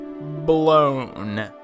blown